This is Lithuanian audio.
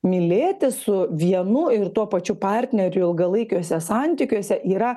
mylėtis su vienu ir tuo pačiu partneriu ilgalaikiuose santykiuose yra